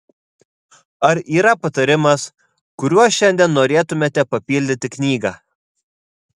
ar yra patarimas kuriuo šiandien norėtumėte papildyti knygą